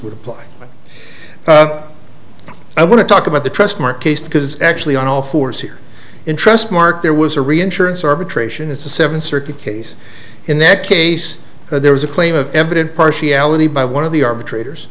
with apply but i want to talk about the trustmark case because actually on all fours here in trustmark there was a reinsurance arbitration it's a seven circuit case in that case there was a claim of evidence partiality by one of the arbitrators